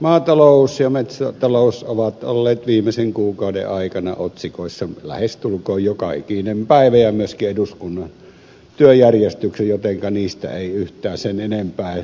maatalous ja metsätalous ovat olleet viimeisen kuukauden aikana otsikoissa lähestulkoon joka ikinen päivä ja myöskin eduskunnan päiväjärjestyksissä jotenka niistä ei yhtään sen enempää